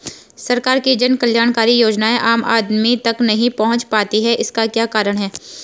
सरकार की जन कल्याणकारी योजनाएँ आम आदमी तक नहीं पहुंच पाती हैं इसका क्या कारण है?